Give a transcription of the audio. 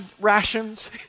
rations